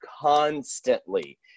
constantly